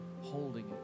holding